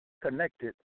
connected